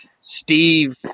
Steve